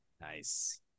Nice